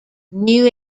new